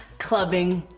clubbing,